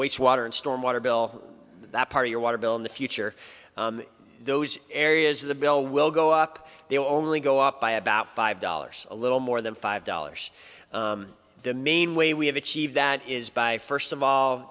waste water and storm water bill that part of your water bill in the future those areas of the bill will go up they only go up by about five dollars a little more than five dollars the main way we have achieved that is by first of